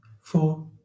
four